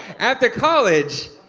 after college,